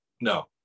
no